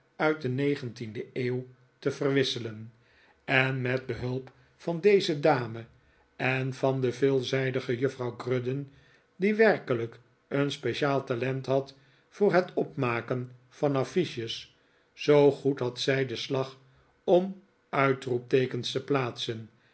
uit de negentiende eeuw te verwisselen en met behulp van deze dame en van de veelzijdige juffrouw grudden die werkelijk een speciaal talent had voor het opmaken van affiches zoo goed had zij den slag om uitroepteekens te plaatsen